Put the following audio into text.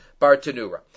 Bartanura